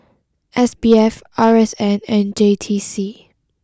S B F R S N and J T C